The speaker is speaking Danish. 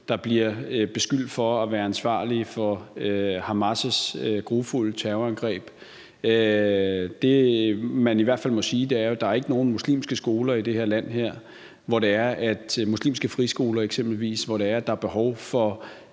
der bliver beskyldt for at være ansvarlige for Hamas' grufulde terrorangreb. Det, man i hvert fald må sige, er, at der i det her land ikke er nogen muslimske skoler – eksempelvis muslimske friskoler – hvor der er behov for